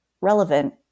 relevant